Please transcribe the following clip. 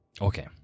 Okay